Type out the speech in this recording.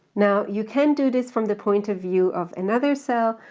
now you can do this from the point of view of another cell.